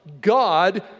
God